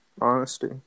Honesty